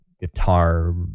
guitar